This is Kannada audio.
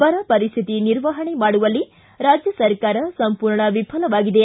ಬರ ಪರಿಶ್ಥಿತಿ ನಿರ್ವಹಣೆ ಮಾಡುವಲ್ಲಿ ರಾಜ್ಯ ಸರ್ಕಾರ ಸಂಪೂರ್ಣ ವಿಫಲವಾಗಿದೆ